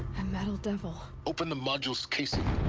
a metal devil. open the module's casing,